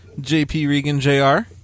JpReganJR